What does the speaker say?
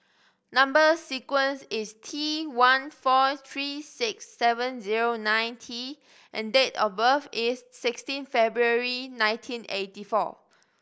number sequence is T one four three six seven zero nine T and date of birth is sixteen February nineteen eighty four